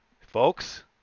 Folks